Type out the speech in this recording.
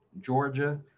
georgia